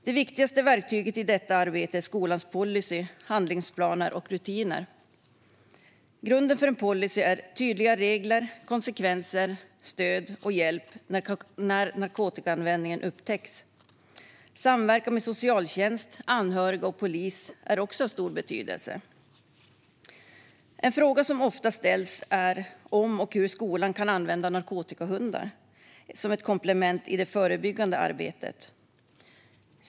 Det viktigaste verktyget i detta arbete är skolans policy, handlingsplaner och rutiner. Grunden för en policy är tydliga regler och konsekvenser och stöd och hjälp när narkotikaanvändning upptäckts. Samverkan med socialtjänst, anhöriga och polis är också av stor betydelse. En fråga som ofta ställs är om och hur skolan kan använda narkotikahundar som ett komplement i det förebyggande arbetet.